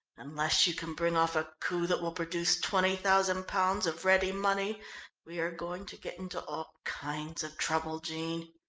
unless you can bring off a coup that will produce twenty thousand pounds of ready money we are going to get into all kinds of trouble, jean.